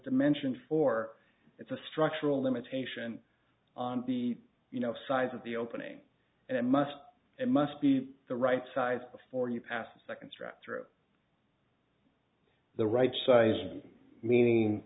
dimension four it's a structural limitation on the you know size of the opening and it must and must be the right size before you pass the second strap through the right size and meaning